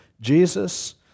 Jesus